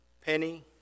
penny